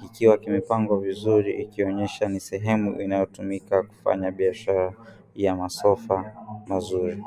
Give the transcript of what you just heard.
kikiwa kimepangwa vizuri ikionyesha ni sehemu inayotumika kufanya biashara ya masofa mazuri.